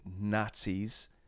nazis